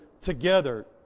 together